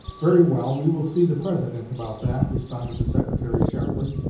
very well, we will see the president about that, responded the secretary sharply.